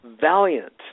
valiant